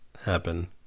happen